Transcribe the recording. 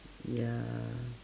ya